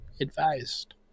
advised